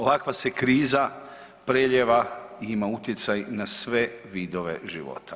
Ovakva se kriza prelijeva i ima utjecaj na sve vidove života.